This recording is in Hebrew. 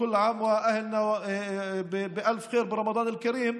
כול עאם ואהלנא באלף ח'יר ברמדאן אל-כרים,